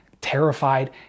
terrified